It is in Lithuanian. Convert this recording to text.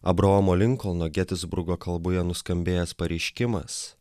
abraomo linkolno getisburgo kalboje nuskambėjęs pareiškimas